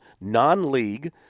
non-league